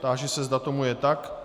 Táži se, zda tomu je tak.